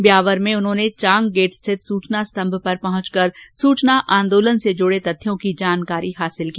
ब्यावर में उन्होने चांग गेट स्थित सूचना स्तंभ पर पहुंचकर सूचना आंदोलन से जुड़े तथ्यों की जानकारी हासिल की